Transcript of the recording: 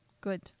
Good